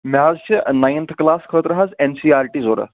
مےٚ حظ چھِ نایِنتھٕ کٕلاس خٲطرٕ حظ این سی آر ٹی ضوٚرتھ